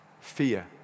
fear